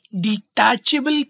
detachable